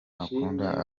akunda